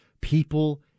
People